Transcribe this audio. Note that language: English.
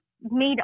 made